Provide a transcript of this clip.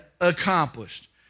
accomplished